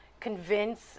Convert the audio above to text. convince